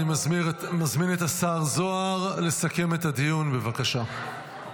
אני מזמין את השר זוהר לסכם את הדיון, בבקשה.